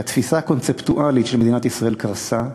שהתפיסה הקונספטואלית של מדינת ישראל קרסה,